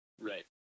right